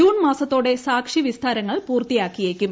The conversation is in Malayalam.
ജൂൺ മാസത്തോടെ സാക്ഷി വിസ്താരങ്ങൾ പൂർത്തിയാക്കിയേക്കും